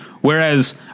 whereas